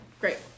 great